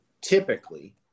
typically